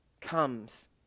comes